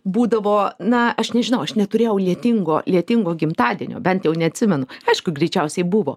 būdavo na aš nežinau aš neturėjau lietingo lietingo gimtadienio bent jau neatsimenu aišku greičiausiai buvo